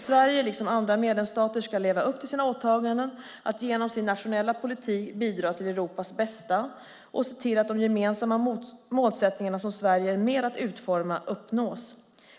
Sverige liksom andra medlemsstater ska leva upp till sina åtaganden att genom sin nationella politik bidra till Europas bästa och se till att de gemensamma målsättningar som Sverige är med att utforma uppnås.